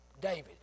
David